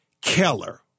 Keller